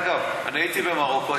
דרך אגב, הייתי במרוקו.